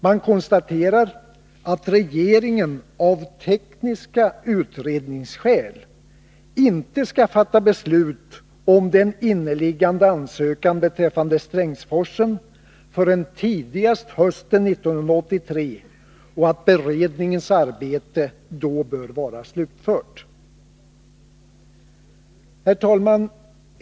Man konstaterar att regeringen av tekniska utredningsskäl inte skall fatta beslut om den inneliggande ansökan beträffande Strängsforsen förrän tidigast hösten 1983 och att beredningens arbete då bör vara slutfört. Herr talman!